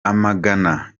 amagana